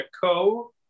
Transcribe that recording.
Co